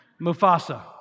Mufasa